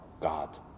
God